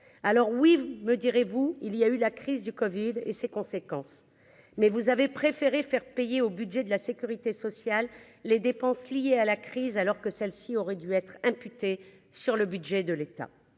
alors oui, me direz-vous, il y a eu la crise du Covid et ses conséquences, mais vous avez préféré faire payer au budget de la Sécurité sociale, les dépenses liées à la crise, alors que celle-ci aurait dû être imputés sur le budget de l'État,